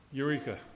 Eureka